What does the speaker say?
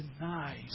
denies